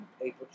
Paper